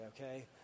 okay